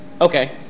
Okay